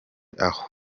aho